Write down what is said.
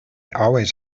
always